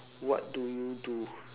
what do you do